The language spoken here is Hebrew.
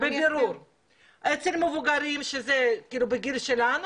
אצל מבוגרים בגיל שלנו,